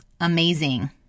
amazing